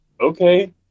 okay